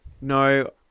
No